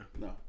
no